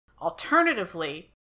alternatively